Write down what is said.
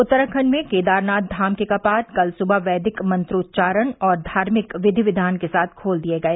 उत्तराखंड में केदारनाथ धाम के कपाट कल सुबह वैदिक मंत्रोच्चारण और धार्मिक विधि विधान के साथ खोल दिए गए